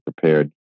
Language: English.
prepared